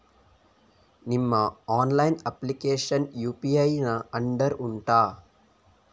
ನಿಮ್ಮ online application UPI ನ under ಉಂಟಾ